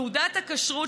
תעודת הכשרות,